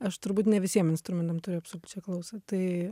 aš turbūt ne visiem instrumentam turiu absoliučią klausą tai